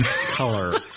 color